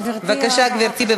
בבקשה, גברתי.